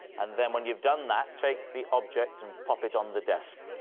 and then when you've done that, take the object and pop it on the desk.